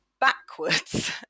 backwards